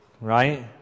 right